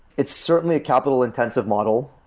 it's certainly a capital intensive model.